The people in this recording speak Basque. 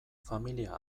familia